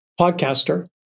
podcaster